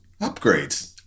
Upgrades